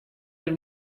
der